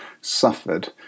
suffered